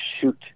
shoot